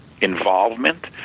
involvement